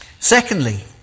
Secondly